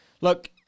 look